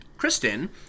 Kristen